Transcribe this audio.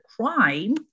crime